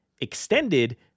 extended